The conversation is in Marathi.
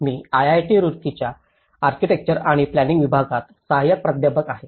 मी आयआयटी रुड़कीच्या आर्किटेक्चर आणि प्लानिंग विभागात सहाय्यक प्राध्यापक आहे